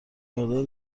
مقدار